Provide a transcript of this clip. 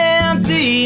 empty